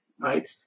right